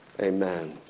Amen